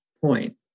point